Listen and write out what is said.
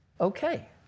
okay